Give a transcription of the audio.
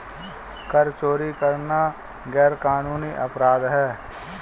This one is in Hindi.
कर चोरी करना गैरकानूनी अपराध है